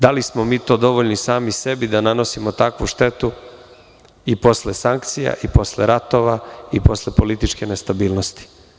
Da li smo mi to dovoljni sami sebi da nanosimo takvu štetu i posle sankcija i posle ratova i posle političke nestabilnosti.